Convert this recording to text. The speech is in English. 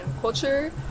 culture